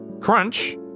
Crunch